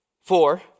Four